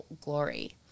glory